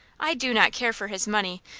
i do not care for his money,